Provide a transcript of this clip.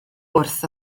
wrth